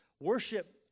worship